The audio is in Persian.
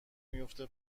میفته